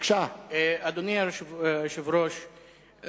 אדוני היושב-ראש,